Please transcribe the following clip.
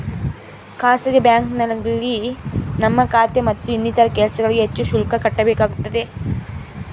ಖಾಸಗಿ ಬ್ಯಾಂಕಿಂಗ್ನಲ್ಲಿ ನಮ್ಮ ಖಾತೆ ಮತ್ತು ಇನ್ನಿತರ ಕೆಲಸಗಳಿಗೆ ಹೆಚ್ಚು ಶುಲ್ಕ ಕಟ್ಟಬೇಕಾಗುತ್ತದೆ